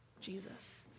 Jesus